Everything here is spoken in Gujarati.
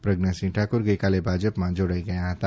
પ્રજ્ઞાસિંહ ઠાકુર ગઈકાલે ભાજપામાં જાડાઈ ગયા હતા